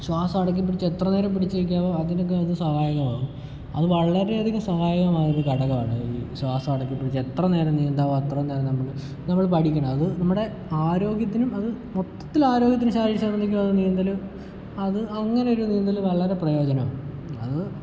ശ്വാസം അടക്കിപ്പിടിച്ച് എത്രനേരം പിടിച്ച് നിൽക്കാമോ അതിനൊക്കെ അത് സഹായകമാകും അത് വളരെ അധികം സഹായമാകുന്ന ഒരു ഘടകമാണ് ഈ ശ്വാസം അടക്കിപ്പിടിച്ച് എത്രനേരം നീന്താമോ അത്ര നേരം നമ്മൾ പഠിക്കണം അത് നമ്മുടെ ആരോഗ്യത്തിനും അത് മൊത്തത്തിൽ ആരോഗ്യത്തിന് ശാരീരിക ക്ഷമതക്ക് അത് നീന്തൽ അത് അങ്ങനെയൊരു നീന്തൽ വളരെ പ്രയോജനമാണ് അത്